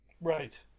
Right